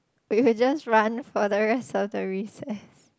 we we just run for the rest of the recess